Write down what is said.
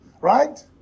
right